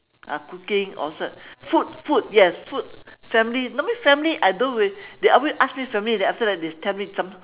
uh cooking all sort food food yes food family normally family I don't we they always ask me family then after that they tell me some